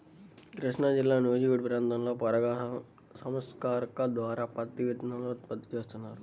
కృష్ణాజిల్లా నూజివీడు ప్రాంతంలో పరాగ సంపర్కం ద్వారా పత్తి విత్తనాలను ఉత్పత్తి చేస్తున్నారు